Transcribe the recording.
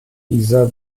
dieser